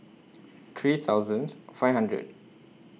three thousands five hundred